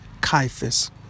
Caiaphas